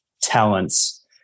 talents